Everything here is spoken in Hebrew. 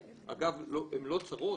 הן לא צרות,